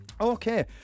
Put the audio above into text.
Okay